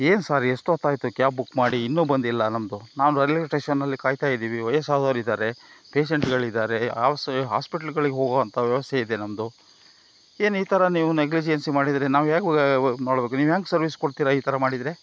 ಏನು ಸಾರ್ ಎಷ್ಟೊತ್ತಾಯಿತು cab book ಮಾಡಿ ಇನ್ನೂ ಬಂದಿಲ್ಲ ನಮ್ಮದು ನಾವು ರೈಲ್ವೇ ಸ್ಟೇಷನ್ನಲ್ಲಿ ಕಾಯುತ್ತಾ ಇದ್ದೀವಿ ವಯಸ್ಸಾದವ್ರು ಇದ್ದಾರೆ ಪೇಷೆಂಟ್ಗಳು ಇದ್ದಾರೆ ಹಾಸ್ ಹಾಸ್ಪಿಟ್ಲ್ಗಳಿಗೆ ಹೋಗುವಂಥ ವ್ಯವಸ್ಥೆ ಇದೆ ನಮ್ಮದು ಏನು ಈ ಥರ ನೀವು ನೆಗ್ಲಿಜಿಯಿನ್ಸಿ ಮಾಡಿದರೆ ನಾವು ಹೇಗ್ ಮಾಡ್ಬಾಕು ನೀವು ಹೇಗ್ ಸರ್ವೀಸ್ ಕೊಡ್ತೀರ ಈ ಥರ ಮಾಡಿದರೆ